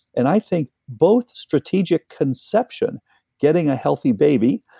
and i think both strategic conception getting a healthy baby,